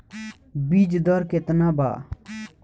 बीज दर केतना वा?